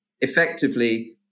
effectively